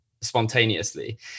spontaneously